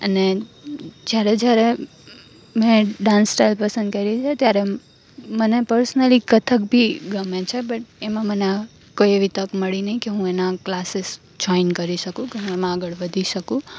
અને જ્યારે જ્યારે મેં ડાન્સ સ્ટાઈલ પસંદ કરી છે ત્યારે મને પર્સનલી કથક બી ગમે છે બટ એમાં મને કોઈ એવી તક મળી નહીં કે હું એના ક્લાસીસ જોઈન કરી શકું એમાં આગળ વધી શકું